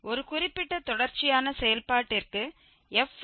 ஒரு குறிப்பிட்ட தொடர்ச்சியான செயல்பாட்டிற்கு fab→R